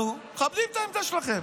אנחנו מכבדים את העמדה שלכם.